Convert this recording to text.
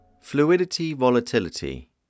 Fluidity-volatility